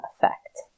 effect